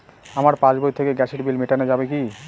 আমার পাসবই থেকে গ্যাসের বিল মেটানো যাবে কি?